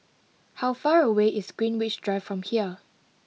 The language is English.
how far away is Greenwich Drive from here